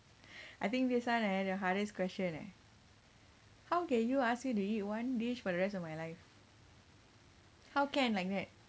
I think this [one] eh your hardest question eh how can you ask me to eat one dish for the rest of my life how can like that